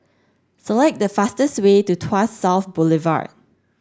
select the fastest way to Tuas South Boulevard